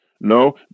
No